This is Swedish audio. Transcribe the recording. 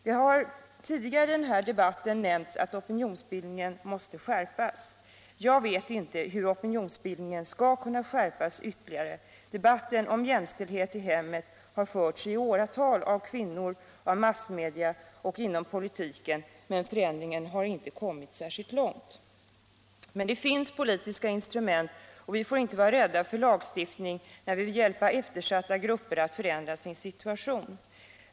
Det har tidigare i den här debatten nämnts att opinionsbildningen måste skärpas. Jag vet inte hur opinionsbildningen skall kunna skärpas ytterligare. Debatten om jämställdhet i hemmet har förts i åratal av kvinnor, av massmedia och inom politiken, men förändringen har inte kommit särskilt långt. Men det finns politiska instrument, och vi får inte vara rädda för lagstiftning då vi vill hjälpa eftersatta grupper att förändra sin situation.